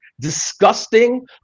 disgusting